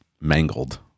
mangled